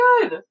good